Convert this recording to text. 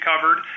covered